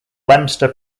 leominster